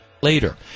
Later